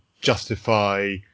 justify